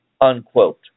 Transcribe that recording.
unquote